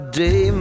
day